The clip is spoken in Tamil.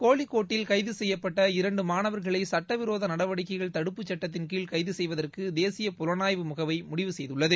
கோழிக்கோட்டில் கைது செய்யப்பட்ட இரண்டு மாணவர்களை சட்டவிரோத நடவடிக்கைகள் தடுப்பு சட்டத்தின்கீழ் கைது செய்வதற்கு தேசிய புலனாய்வு முகமை முடிவு செய்துள்ளது